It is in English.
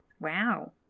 Wow